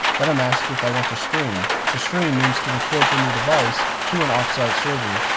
then i'm asked if i want to stream to stream means to record from your device to an off-site server.